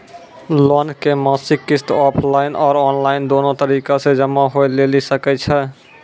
Loan के मासिक किस्त ऑफलाइन और ऑनलाइन दोनो तरीका से जमा होय लेली सकै छै?